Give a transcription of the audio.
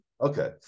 Okay